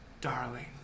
darling